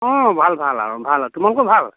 অঁ ভাল ভাল আৰু ভাল তোমালোকৰ ভাল